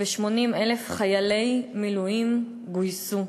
ו-80,000 חיילי מילואים גויסו.